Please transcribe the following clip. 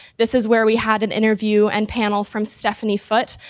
this is where we had an interview and panel from stephanie foote,